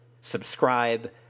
Subscribe